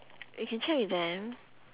we can check with them